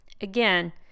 again